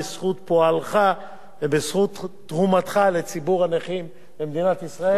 בזכות פועלך ובזכות תרומתך לציבור הנכים במדינת ישראל.